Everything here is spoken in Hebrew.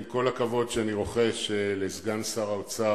עם כל הכבוד שאני רוחש לסגן שר האוצר,